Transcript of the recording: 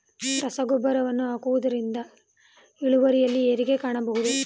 ರಸಗೊಬ್ಬರವನ್ನು ಹಾಕುವುದರಿಂದ ಇಳುವರಿಯಲ್ಲಿ ಏರಿಕೆ ಕಾಣಬಹುದೇ?